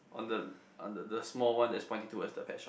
oh the the the small one that is pointing towards the pet shop